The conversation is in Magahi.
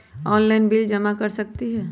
ऑनलाइन बिल जमा कर सकती ह?